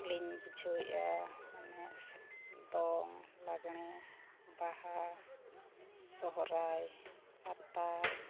ᱞᱤᱧ ᱵᱩᱡᱷᱟᱹᱣᱮᱫᱼᱟ ᱢᱟᱱᱮ ᱫᱚᱝ ᱞᱟᱜᱽᱬᱮ ᱵᱟᱦᱟ ᱥᱚᱦᱨᱟᱭ ᱯᱟᱛᱟ